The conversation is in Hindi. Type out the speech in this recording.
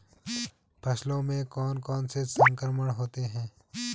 फसलों में कौन कौन से संक्रमण होते हैं?